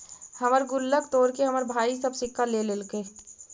हमर गुल्लक तोड़के हमर भाई सब सिक्का ले लेलके